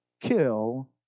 kill